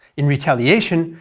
in retaliation,